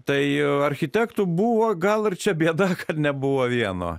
tai architektų buvo gal ir čia bėda kad nebuvo vieno